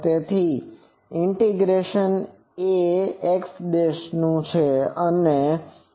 તેથી આ ઇન્ટિગ્રેશન એ x નું છે